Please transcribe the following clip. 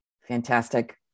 Fantastic